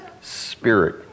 spirit